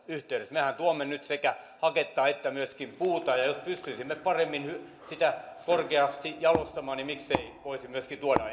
yhteydessä mehän tuomme nyt sekä haketta että myöskin puuta jos pystyisimme paremmin sitä korkeasti jalostamaan niin miksei voisi myöskin tuoda